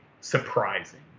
surprising